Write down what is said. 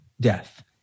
Death